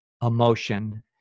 Emotion